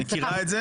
מכירה את זה